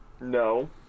No